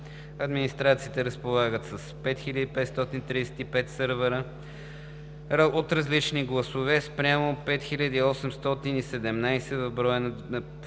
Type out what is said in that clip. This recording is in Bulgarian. Администрациите разполагат с 5535 сървъра от различни класове спрямо 5817 броя в края